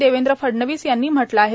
देवेंद्र फडणवीस यांनी म्हटलं आहे